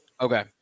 Okay